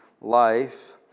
life